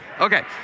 Okay